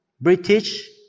British